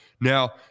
Now